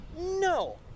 no